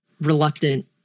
reluctant